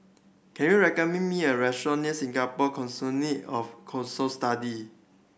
can you recommend me a restaurant near Singapore Consortium of Cohort Studies